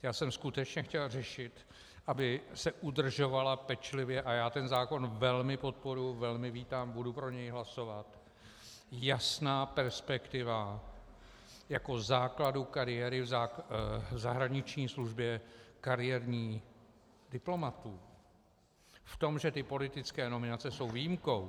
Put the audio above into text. Chtěl jsem skutečně řešit, aby se udržovala pečlivě a já ten zákon velmi podporuji, velmi vítám, budu pro něj hlasovat jasná perspektiva jako základu kariéry v zahraniční službě kariérních diplomatů v tom, že ty politické nominace jsou výjimkou.